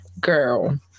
girl